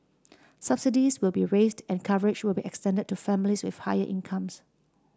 subsidies will be raised and coverage will be extended to families with higher incomes